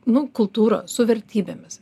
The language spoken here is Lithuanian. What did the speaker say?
nu kultūrą su vertybėmis